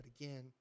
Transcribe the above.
again